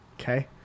okay